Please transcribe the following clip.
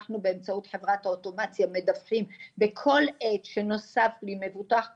אנחנו באמצעות חברת אוטומציה מדווחים בכל עת שנוסף לי מבוטח כלשהו,